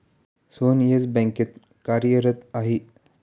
Sohan Yes बँकेत कार्यरत आहे